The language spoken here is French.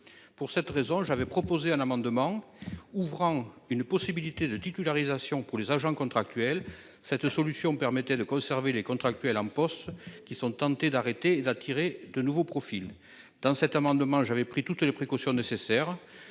Pour cette raison, j'avais proposé un amendement ouvrant une possibilité de titularisation pour les agents contractuels. Cette solution permettrait de conserver les contractuels en poste qui sont tentés d'arrêter et d'attirer de nouveaux profils dans cet amendement j'avais pris toutes les précautions nécessaires.